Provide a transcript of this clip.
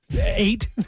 eight